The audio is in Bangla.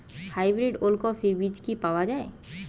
হাইব্রিড ওলকফি বীজ কি পাওয়া য়ায়?